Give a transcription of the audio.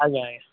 ଆଜ୍ଞା ଆଜ୍ଞା